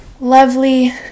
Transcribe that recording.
lovely